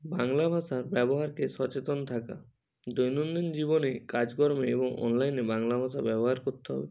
বাংলা ভাষার ব্যবহারকে সচেতন থাকা দৈনন্দিন জীবনে কাজকর্মে এবং অনলাইনে বাংলা ভাষা ব্যবহার করতে হবে